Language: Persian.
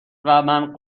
ومن